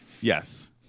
Yes